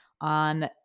on